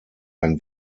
ein